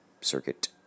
circuit